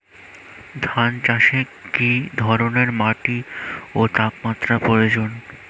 ধান চাষে কী ধরনের মাটি ও তাপমাত্রার প্রয়োজন?